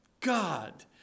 God